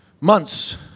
Months